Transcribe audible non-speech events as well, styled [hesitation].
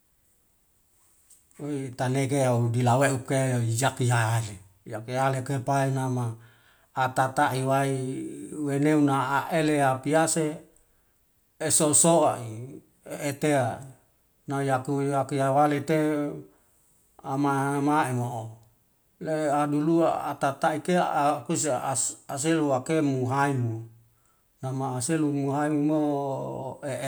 [noise] we tanege u gila weuke zajihahali, yake ale ke pai nama akata iwai wenau na aele yapiase esonsoai [hesitation] etea nayaku yakiya walite amama emo'o, le adulua attai kea akuse aselu akemu hayu namauselu muhayumo